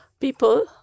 people